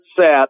set